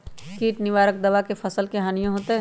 किट निवारक दावा से फसल के हानियों होतै?